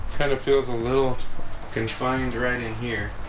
kind of feels a little confining too right in here.